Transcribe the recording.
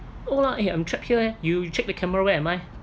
oh ah I'm trapped here leh you check the camera where am I